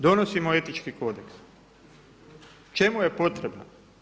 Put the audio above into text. Donosimo Etički kodeks, čemu je potreban?